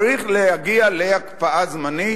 צריך להגיע להקפאה זמנית